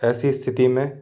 ऐसी स्थिति में